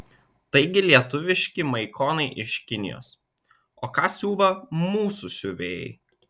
taigi lietuviški maikonai iš kinijos o ką siuva mūsų siuvėjai